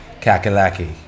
Kakalaki